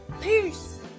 Peace